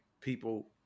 people